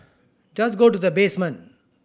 just go to the basement